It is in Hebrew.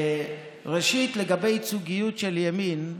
ראשית, לגבי הייצוגיות של הימין,